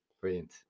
brilliant